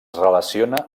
relaciona